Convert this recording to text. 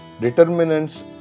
determinants